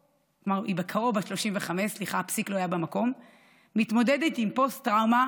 בקרוב, מתמודדת עם פוסט-טראומה